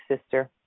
sister